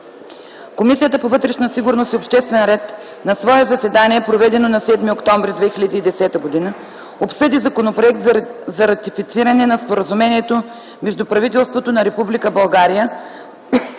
Комисията по вътрешна сигурност и обществен ред на свое заседание, проведено на 7 октомври 2010 г. обсъди Законопроект за ратифициране на Споразумението между правителството на